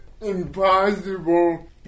impossible